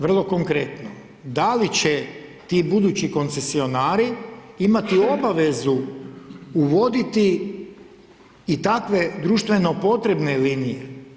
Vrlo konkretno, da li će ti budući koncesionari imati obavezu uvoditi i takve društveno potrebne linije?